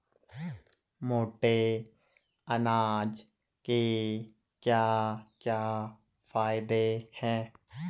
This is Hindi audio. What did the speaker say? मोटे अनाज के क्या क्या फायदे हैं?